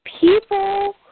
People